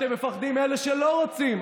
אתם מפחדים מאלה שלא רוצים.